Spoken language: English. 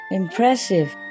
impressive